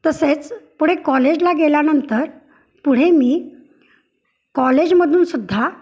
तसेच पुढे कॉलेजला गेल्यानंतर पुढे मी कॉलेजमधून सुद्धा